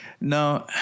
no